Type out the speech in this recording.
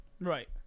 Right